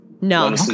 No